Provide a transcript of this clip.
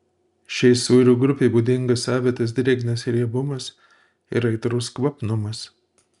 šiai sūrių grupei būdingas savitas drėgnas riebumas ir aitrus kvapnumas